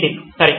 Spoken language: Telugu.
నితిన్ సరే